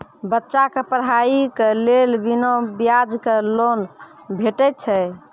बच्चाक पढ़ाईक लेल बिना ब्याजक लोन भेटै छै?